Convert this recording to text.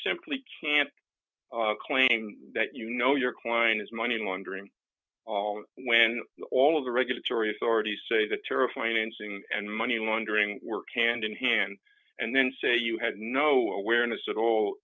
simply can't claim that you know your client is money laundering when all of the regulatory authorities say that tariff lancing and money laundering work hand in hand and then say you had no awareness at all